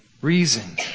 reason